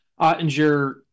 Ottinger